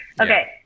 Okay